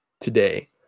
today